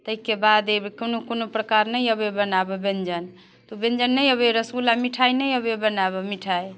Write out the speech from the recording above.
तैके बाद अइ बेर कोनो कोनो प्रकार नहि अबैय बनाबै व्यञ्जन तऽ व्यञ्जन नहि अबैए रसगुल्ला मिठाइ नइ अबैए बनाबऽ मिठाइ